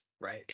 Right